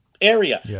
area